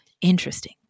Interesting